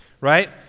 Right